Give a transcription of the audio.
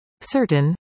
Certain